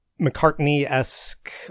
McCartney-esque